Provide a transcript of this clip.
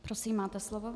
Prosím, máte slovo.